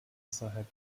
außerhalb